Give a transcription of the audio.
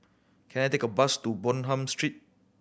can I take a bus to Bonham Street